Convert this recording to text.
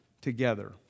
together